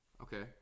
Okay